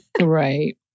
Right